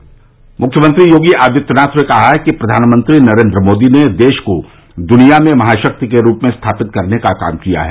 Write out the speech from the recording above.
श्र मुख्यमंत्री योगी आदित्यनाथ ने कहा है कि प्रधानमंत्री नरेन्द्र मोदी ने देश को दुनिया में महाशक्ति के रूप में स्थापित करने का काम किया है